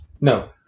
No